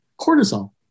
cortisol